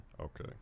okay